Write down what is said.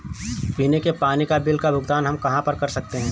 पीने के पानी का बिल का भुगतान हम कहाँ कर सकते हैं?